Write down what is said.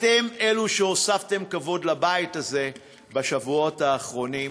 אתם אלה שהוספתם כבוד לבית הזה בשבועות האחרונים.